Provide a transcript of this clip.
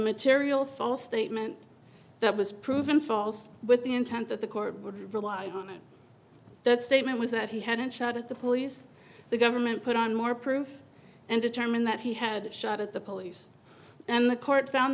material false statement that was proven false with the intent that the court would rely on that statement was that he hadn't shot at the police the government put on more proof and determined that he had shot at the police and the court found